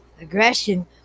Aggression